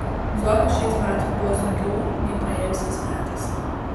zuokui šiais metais buvo sunkiau nei praėjusiais metais